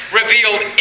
revealed